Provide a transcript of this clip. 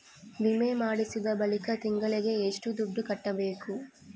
ವಿಮೆ ಮಾಡಿಸಿದ ಬಳಿಕ ತಿಂಗಳಿಗೆ ಎಷ್ಟು ದುಡ್ಡು ಕಟ್ಟಬೇಕು?